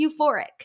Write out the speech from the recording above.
euphoric